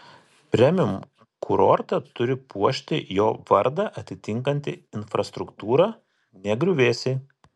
premium kurortą turi puošti jo vardą atitinkanti infrastruktūra ne griuvėsiai